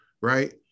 right